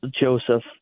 Joseph